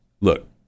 look